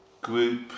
group